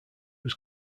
was